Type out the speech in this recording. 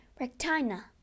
Rectina